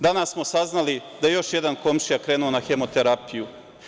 Danas smo saznali da je još jedan komšija krenuo na hemoterapiju.